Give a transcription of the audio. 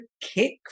kick